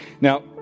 Now